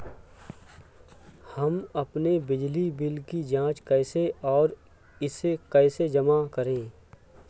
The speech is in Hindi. हम अपने बिजली बिल की जाँच कैसे और इसे कैसे जमा करें?